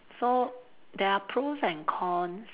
so there are pros and cons